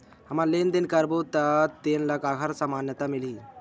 हमन लेन देन करबो त तेन ल काखर मान्यता मिलही?